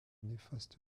néfaste